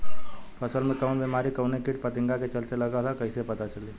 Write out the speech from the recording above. फसल में कवन बेमारी कवने कीट फतिंगा के चलते लगल ह कइसे पता चली?